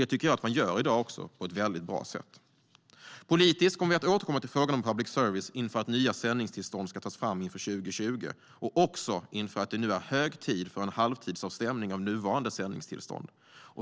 Det tycker jag också att man gör i dag på ett väldigt bra sätt. Politiskt kommer vi att återkomma till frågan om public service inför att nya sändningstillstånd ska tas fram inför 2020 och också inför att det nu är hög tid för en halvtidsavstämning av nuvarande sändningstillstånd.